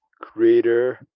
creator